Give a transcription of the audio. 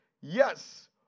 Yes